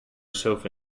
sofa